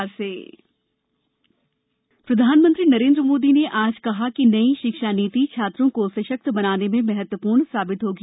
प्रधानमंत्री शिक्षा प्रधानमंत्री नरेन्द्र मोदी ने आज कहा कि नई शिक्षा नीति छात्रों को सशक्त बनाने में महत्व पूर्ण साबित होगी